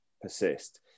persist